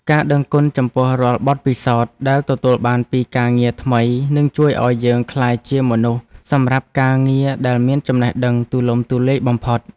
ការដឹងគុណចំពោះរាល់បទពិសោធន៍ដែលទទួលបានពីការងារថ្មីនឹងជួយឱ្យយើងក្លាយជាមនុស្សសម្រាប់ការងារដែលមានចំណេះដឹងទូលំទូលាយបំផុត។